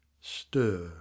stir